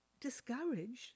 discouraged